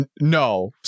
no